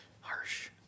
Harsh